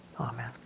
Amen